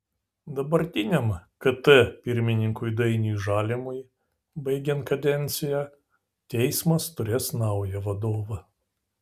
dabartiniam kt pirmininkui dainiui žalimui baigiant kadenciją teismas turės naują vadovą